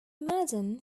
madden